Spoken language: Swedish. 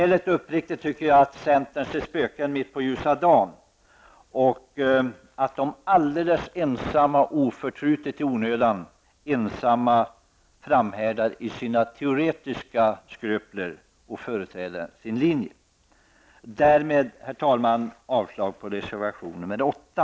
Ärligt och uppriktigt anser jag att centern ser spöken mitt på ljusa dagen och att reservanterna alldeles ensamma i onödan oförtrutet framhärdar med sina teoretiska skrupler genom att företräda en sådan linje. Jag yrkar därmed avslag på reservation nr 8.